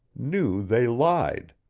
knew they lied.